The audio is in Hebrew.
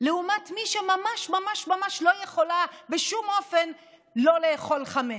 לעומת מי שממש ממש ממש לא יכולה בשום אופן לא לאכול חמץ.